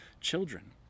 children